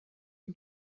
him